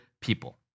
people